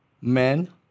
men